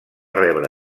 rebre